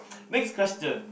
next question